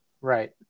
Right